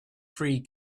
free